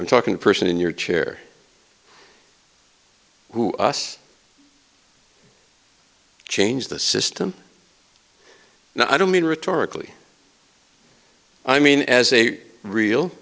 i'm talking a person in your chair who us change the system and i don't mean rhetorically i mean as a real